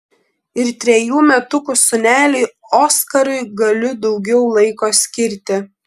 ir trejų metukų sūneliui oskarui galiu daugiau laiko skirti